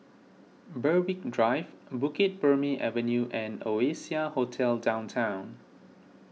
Berwick Drive Bukit Purmei Avenue and Oasia Hotel Downtown